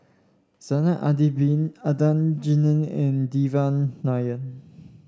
Zainal Abidin Adan Jimenez and Devan Nair